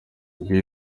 ngiyo